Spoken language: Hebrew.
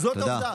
זאת העובדה.